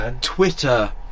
Twitter